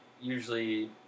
Usually